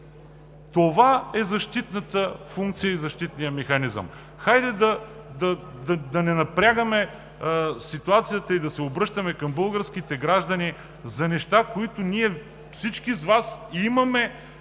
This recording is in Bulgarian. това са защитната функция и защитният механизъм. Хайде да не напрягаме ситуацията и да се обръщаме към българските граждани за неща, по които ние всички с Вас имаме